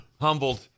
Humbled